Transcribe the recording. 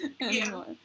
anymore